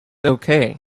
okay